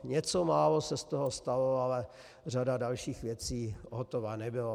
Něco málo se z toho stalo, ale řada dalších věcí hotova nebyla.